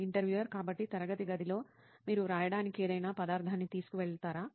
interviewer కాబట్టి తరగతి గదిలో మీరు వ్రాయడానికి ఏదైనా పదార్థాన్ని తీసుకువెళతారా